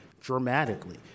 dramatically